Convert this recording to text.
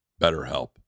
BetterHelp